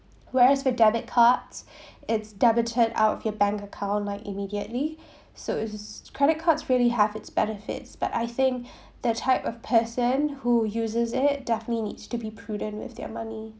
whereas for debit cards it's debited out of your bank account like immediately so is credit cards really have its benefits but I think that type of person who uses it definitely needs to be prudent with their money